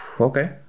Okay